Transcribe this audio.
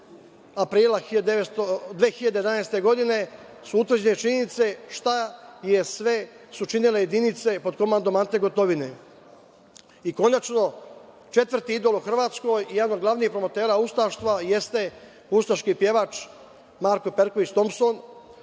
aprila 2011. godine su utvrđene činjenice šta su sve činile jedinice pod komandom Ante Gotovine. Konačno, četvrti idol u Hrvatskoj i jedan od glavnih promotera ustaštva jeste ustaški pevač Marko Perković Tompson,